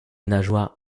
nageoire